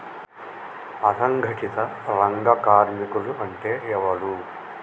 అసంఘటిత రంగ కార్మికులు అంటే ఎవలూ?